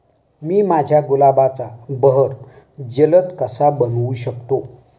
मी माझ्या गुलाबाचा बहर जलद कसा बनवू शकतो?